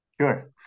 Sure